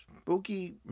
Spooky